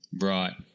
Right